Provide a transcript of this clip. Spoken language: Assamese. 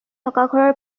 ঘৰৰ